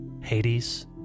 Hades